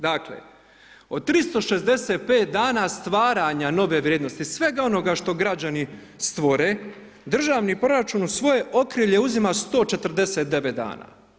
Dakle, od 365 dana stvaranja nove vrijednosti, svega onoga što građani stvore, državni proračun u svoje okrilje uzima 149 dana.